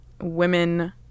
Women